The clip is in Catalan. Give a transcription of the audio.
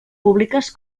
públiques